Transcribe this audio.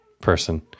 person